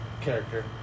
character